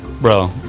Bro